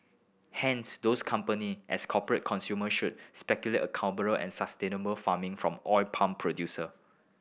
hence those company as corporate consumers should stipulate accountable and sustainable farming from oil palm producer